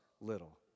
little